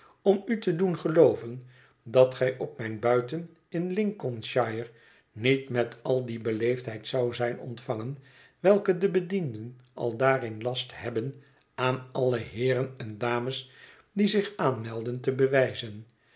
om u te doen gelooven dat gij op mijn buiten in lincolnshire niet met al die beleefdheid zoudt zijn ontvangen welke de bedienden aldaar in last hebben aan alle heeren en dames die zich aanmelden te bewijzen